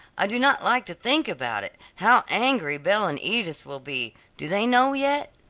i do not like to think about it how angry belle and edith will be. do they know yet?